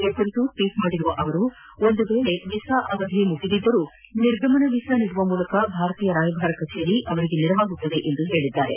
ಈ ಕುರಿತು ಟ್ಲೀಟ್ ಮಾಡಿರುವ ಅವರು ಒಂದು ವೇಳೆ ವಿಸಾ ಅವಧಿ ಮುಗಿದಿದ್ದರೂ ನಿರ್ಗಮನ ವಿಸಾ ನೀಡುವ ಮೂಲಕ ಭಾರತೀಯ ರಾಯಭಾರ ಕಚೇರಿ ಅವರಿಗೆ ನೆರವಾಗಲಿದೆ ಎಂದಿದ್ದಾರೆ